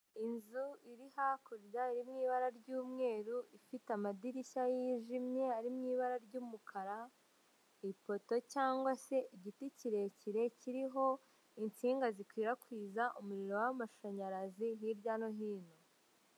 Inzu iri hakurya iri mu ibara ry'umweru ifite amadirishya yijimye ari mu ibara ry'umukara; ipoto cyangwa se igiti kirekire kiriho insinga zikwirakwiza umuriro w'amashanyarazi hirya no hino.